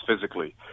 physically